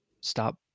stop